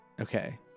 Okay